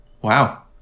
Wow